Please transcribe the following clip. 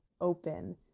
open